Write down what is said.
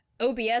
OBS